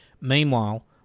Meanwhile